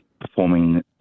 performing